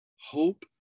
Hope